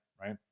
right